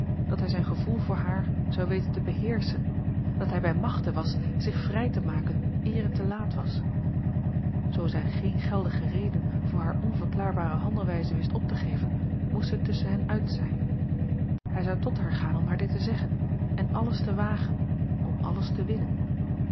dat hij zijn gevoel voor haar zou weten te beheerschen dat hij bij machte was zich vrij te maken eer het te laat was zoo zij geene geldige reden voor hare onverklaarbare handelwijze wist op te geven moest het tusschen hen uit zijn hij zou tot haar gaan om haar dit te zeggen en alles te wagen om alles te winnen